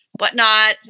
whatnot